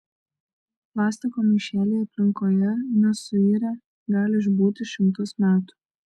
plastiko maišeliai aplinkoje nesuirę gali išbūti šimtus metų